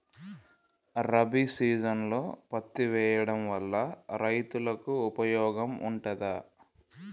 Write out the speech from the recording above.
రబీ సీజన్లో పత్తి వేయడం వల్ల రైతులకు ఉపయోగం ఉంటదా?